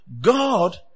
God